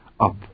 Up